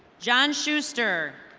john shewster.